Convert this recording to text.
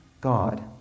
God